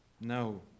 No